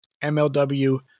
MLW